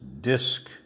Disc